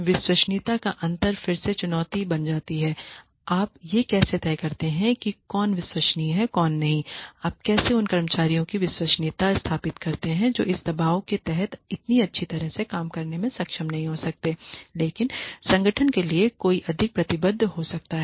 विश्वसनीयता का अंतर फिर से एक चुनौती बन जाती है आप यह कैसे तय करते हैं कि कौन विश्वसनीय है कौन नहीं है आप कैसे उन कर्मचारियों की विश्वसनीयता स्थापित करते हैं जो इस दबाव के तहत इतनी अच्छी तरह से काम करने में सक्षम नहीं हो सकते हैं लेकिन संगठन के लिए कौन अधिक प्रतिबद्ध हो सकता है